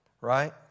right